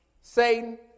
Satan